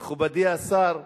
מכובדי השר,